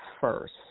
first